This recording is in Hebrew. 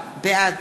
בעד